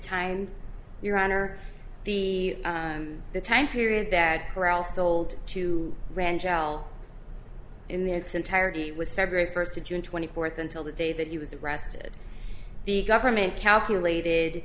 time your honor the time period that corral sold to rangel in the it's entirety was february first to june twenty fourth until the day that he was arrested the government calculated